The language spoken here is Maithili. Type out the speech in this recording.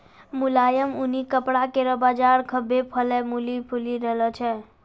मुलायम ऊनी कपड़ा केरो बाजार खुभ्भे फलय फूली रहलो छै